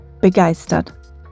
begeistert